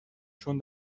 چون